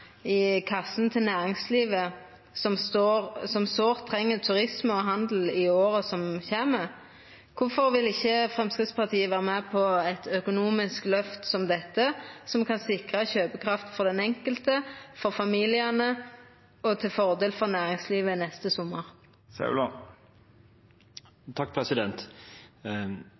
i kassa til næringslivet, som sårt treng turisme og handel i åra som kjem. Kvifor vil ikkje Framstegspartiet vera med på eit økonomisk løft som dette, som kan sikra kjøpekraft for den enkelte og for familiane, og vera til fordel for næringslivet neste